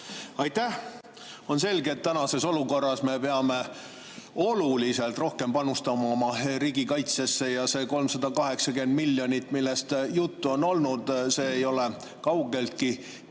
Aitäh! On selge, et tänases olukorras me peame oluliselt rohkem panustama oma riigikaitsesse. See 380 miljonit, millest juttu on olnud, ei ole kaugeltki